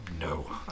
no